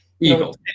Eagles